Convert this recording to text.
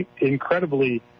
incredibly